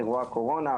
אירוע הקורונה,